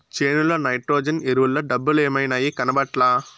చేనుల నైట్రోజన్ ఎరువుల డబ్బలేమైనాయి, కనబట్లా